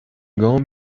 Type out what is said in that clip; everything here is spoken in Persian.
گام